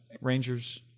Rangers